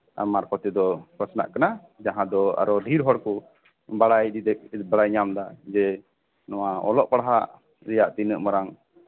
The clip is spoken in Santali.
ᱢᱟᱨᱯᱷᱚᱛ ᱛᱮ ᱯᱟᱥᱱᱟᱜ ᱠᱟᱱᱟ ᱡᱟᱦᱟᱸ ᱫᱚ ᱟᱨᱚ ᱰᱷᱮᱨ ᱦᱚᱲ ᱠᱚ ᱵᱟᱲᱟᱭ ᱤᱫᱤᱭᱟᱜ ᱵᱟᱲᱟᱭ ᱧᱟᱢ ᱮᱫᱟ ᱡᱮ ᱱᱚᱣᱟ ᱚᱞᱚᱜ ᱯᱟᱲᱦᱟᱜ ᱨᱮᱭᱟᱜ ᱛᱤᱱᱟᱹᱜ ᱢᱟᱨᱟᱝ